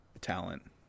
talent